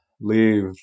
leave